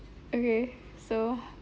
okay so